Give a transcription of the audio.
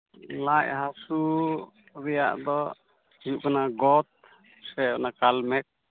ᱞᱟᱡ ᱦᱟᱹᱥᱩ ᱨᱮᱭᱟᱜ ᱫᱚ ᱦᱩᱭᱩᱜ ᱠᱟᱱᱟ ᱜᱚᱫ ᱥᱮ ᱚᱱᱟ ᱠᱟᱞᱢᱮᱜᱽ